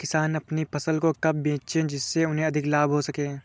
किसान अपनी फसल को कब बेचे जिसे उन्हें अधिक लाभ हो सके?